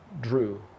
Drew